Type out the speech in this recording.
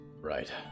Right